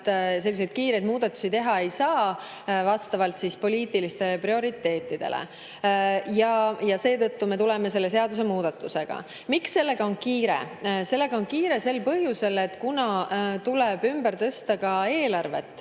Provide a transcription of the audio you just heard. teha selliseid kiireid muudatusi vastavalt poliitilistele prioriteetidele. Seetõttu me tuleme selle seadusemuudatusega. Miks sellega on kiire? Sellega on kiire sel põhjusel, et tuleb ümber tõsta ka